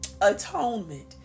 atonement